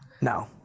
No